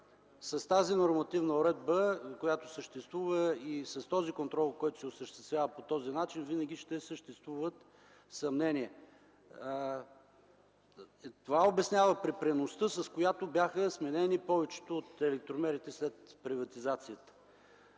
С тази нормативна уредба, която съществува, с този контрол, който се осъществява по този начин, винаги ще има съмнения. Това обяснява припряността, с която бяха сменени повечето от електромерите след приватизацията.